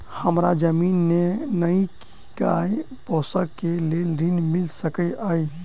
हमरा जमीन नै अई की गाय पोसअ केँ लेल ऋण मिल सकैत अई?